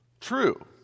True